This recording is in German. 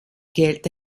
geld